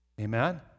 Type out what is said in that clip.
Amen